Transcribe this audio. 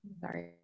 Sorry